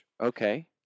Okay